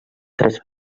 tres